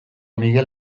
miguel